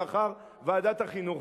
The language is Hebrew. לאחר ועדת החינוך",